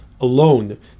Alone